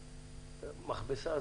לא מכבסה,